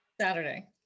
Saturday